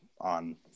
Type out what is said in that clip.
on